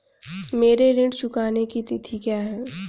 मेरे ऋण चुकाने की तिथि क्या है?